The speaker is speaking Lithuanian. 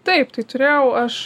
taip tai turėjau aš